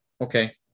Okay